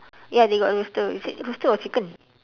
ya they got rooster is it rooster or chicken